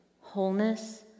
wholeness